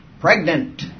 Pregnant